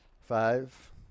Five